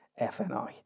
FNI